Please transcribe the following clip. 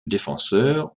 défenseur